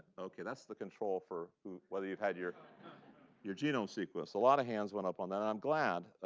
ok, that's the control for whether you've had your your genome sequence. a lot of hands went up on that. i'm glad.